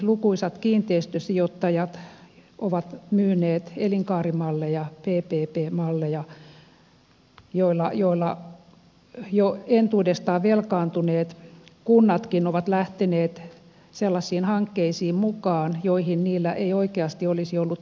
lukuisat kiinteistösijoittajat ovat myyneet elinkaarimalleja ppp malleja joilla jo entuudestaan velkaantuneet kunnatkin ovat lähteneet mukaan sellaisiin hankkeisiin joihin niillä ei oikeasti olisi ollut varaa